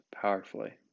powerfully